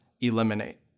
eliminate